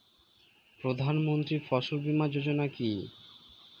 প্রধানমন্ত্রী ফসল বীমা যোজনা কি?